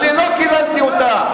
אני לא קיללתי אותה.